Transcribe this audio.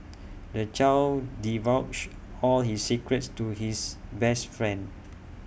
the child divulged all his secrets to his best friend